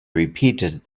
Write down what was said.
repeated